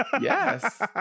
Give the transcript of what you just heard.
yes